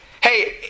hey